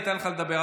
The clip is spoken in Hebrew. אני אתן לך לדבר,